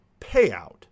payout